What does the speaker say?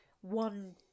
one